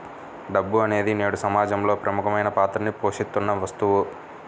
డబ్బు అనేది నేడు సమాజంలో ప్రముఖమైన పాత్రని పోషిత్తున్న వస్తువు